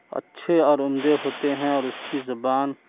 اچھے اور عمدے ہوتے ہیں اور اس کی زبان